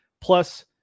plus